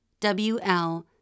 WL